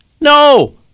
No